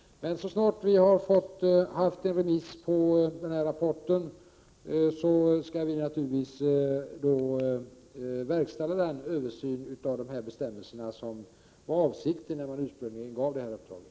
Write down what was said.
Så snart vi har haft rapporten ute på remiss skall vi naturligtvis verkställa den översyn av bestämmelserna som var avsikten när uppdraget ursprungligen gavs.